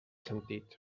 sentit